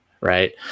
right